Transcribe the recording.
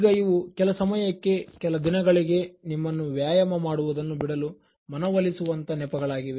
ಈಗ ಇವು ಕೆಲ ಸಮಯಕ್ಕೆ ಕೆಲ ದಿನಗಳಿಗೆ ನಿಮ್ಮನ್ನು ವ್ಯಾಯಾಮ ಮಾಡುವುದನ್ನು ಬಿಡಲು ಮನವೊಲಿಸುವಂತಹ ನೆಪ ಗಳಾಗಿವೆ